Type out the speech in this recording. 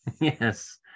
Yes